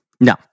No